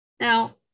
Now